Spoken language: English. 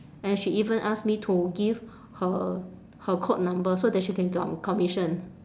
and she even ask me to give her her code number so that she can commission